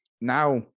Now